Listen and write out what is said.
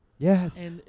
Yes